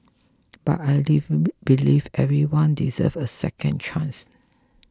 but I leave believe everyone deserves a second chance